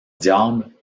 diable